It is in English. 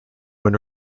when